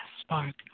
spark